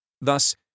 Thus